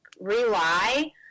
rely